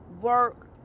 work